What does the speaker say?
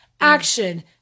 action